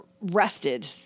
rested